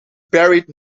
buried